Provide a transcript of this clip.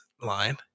line